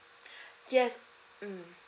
yes mm